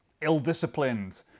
ill-disciplined